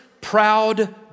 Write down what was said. proud